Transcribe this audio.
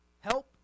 Help